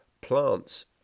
plants